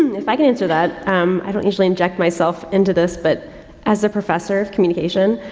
if i can answer that, um, i don't usually inject myself into this, but as a professor of communication,